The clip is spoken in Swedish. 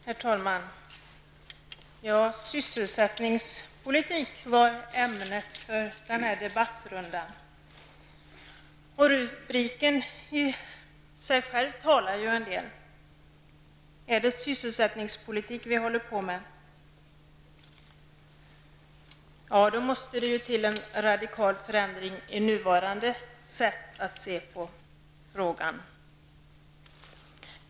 Herr talman! Sysselsättningspolitik var ämnet för den här debattrundan. Rubriken i sig själv säger ju en del. Är det sysselsättningspolitik vi håller på med? Ja, då måste det till en radikal förändring i nuvarande sätt att se på frågan.